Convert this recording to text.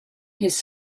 his